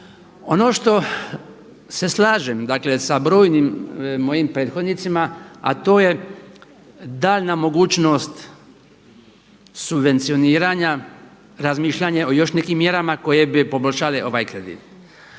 Ono što se slažem sa brojnim mojim prethodnicima, a to je danja mogućnost subvencioniranja razmišljanja o još nekim mjerama koje bi poboljšale ovaj kredit.